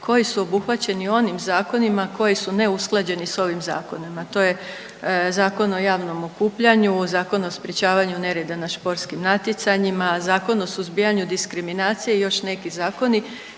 koji su obuhvaćeni onim zakonima koji su neusklađeni sa ovim zakonima. To je Zakon o javnom okupljanju, Zakon o sprječavanju nereda na športskim natjecanjima, Zakon o suzbijanju diskriminacije i još neki zakoni